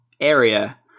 area